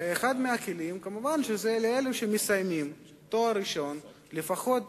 ואחד מהכלים הוא כמובן שלאלה שמסיימים תואר ראשון לפחות